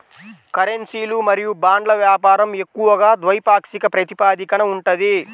కరెన్సీలు మరియు బాండ్ల వ్యాపారం ఎక్కువగా ద్వైపాక్షిక ప్రాతిపదికన ఉంటది